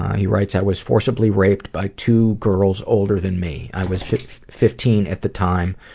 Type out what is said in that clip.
he writes, i was forcibly raped by two girls older than me. i was fifteen fifteen at the time.